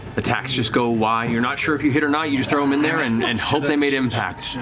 attacks just go wide. you're not sure if you hit or not, you throw them in there and and hope they made impact.